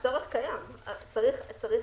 הצורך קיים, צריך